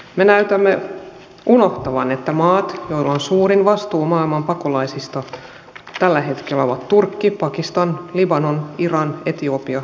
me näytämme unohtavan että maat joilla on suurin vastuu maailman pakolaisista ovat tällä hetkellä turkki pakistan libanon iran etiopia ja jordania